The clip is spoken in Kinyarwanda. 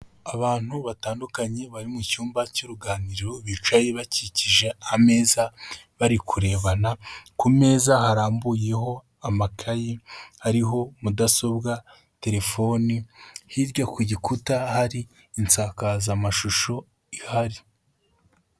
Abantu batandukanye bari mu cyumba cy'uruganiriro bicaye bakikije ameza bari kurebana, ku meza harambuyeho amakayi ariho mudasobwa, telefoni, hirya ku gikuta hari insakazamashusho ihari.